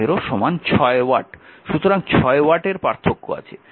সুতরাং 6 ওয়াটের পার্থক্য আছে